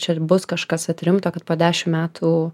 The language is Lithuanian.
čia ir bus kažkas vat rimto kad po dešim metų